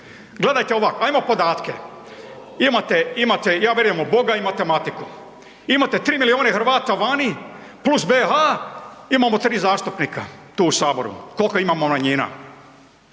Gledajte ovak, ajmo podatke, imate, imate, ja vjerujem u Boga i matematiku. Imate 3 milijuna Hrvata vani + BH, imamo 3 zastupnika tu u saboru. Kolko imamo manjina?